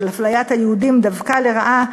של אפליית היהודים דווקא לרעה,